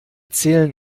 zählen